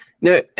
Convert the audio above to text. No